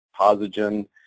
Posigen